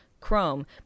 Chrome